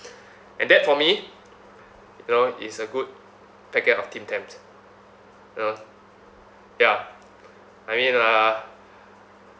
and that for me you know is a good packet of tim tams you know ya I mean uh